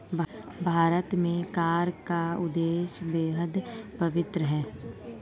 भारत में कर का उद्देश्य बेहद पवित्र है